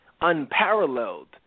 unparalleled